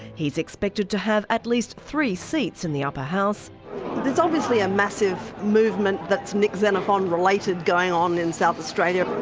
he is expected to have at least three seats in the upper house. there is obviously a massive movement that is nick xenophon related going on in south australia.